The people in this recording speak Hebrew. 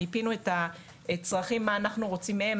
מיפינו את הצרכים של מה אנחנו רוצים מהם,